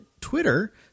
Twitter